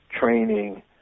training